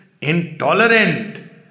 intolerant